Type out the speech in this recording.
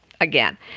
again